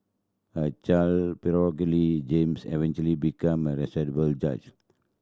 a child James eventually became a respected judge